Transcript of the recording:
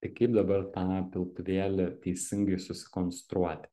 tai kaip dabar tą piltuvėlį teisingai susikonstruoti